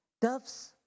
doves